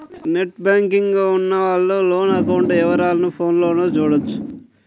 net banking account ఉన్నవాళ్ళు loan account వివరాలను ఫోన్లోనే చూడొచ్చు